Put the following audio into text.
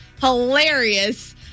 hilarious